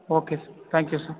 okay sir thank you sir